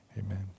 Amen